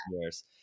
years